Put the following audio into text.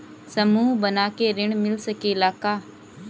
समूह बना के ऋण मिल सकेला का?